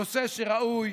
נושא שראוי